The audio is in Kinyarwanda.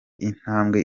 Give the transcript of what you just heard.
intambwe